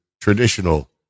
Traditional